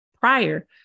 prior